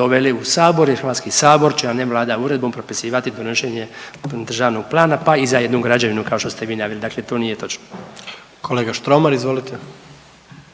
doveli u sabor i Hrvatski sabor će o njem Vlada uredbom propisivati donošenje državnog plana pa i za jednu građevinu kao što ste vi naveli. Dakle, to nije točno. **Jandroković,